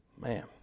Man